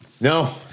No